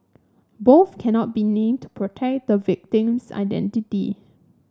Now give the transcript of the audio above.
both cannot be named protect the victim's identity